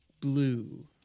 blue